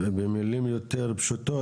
במילים יותר פשוטות,